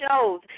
shows